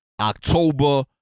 October